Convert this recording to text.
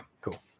cool